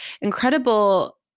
incredible